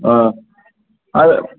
आं आं